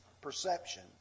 perception